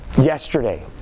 yesterday